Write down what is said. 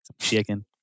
Chicken